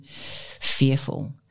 fearful